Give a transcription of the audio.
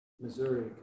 Missouri